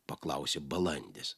paklausė balandis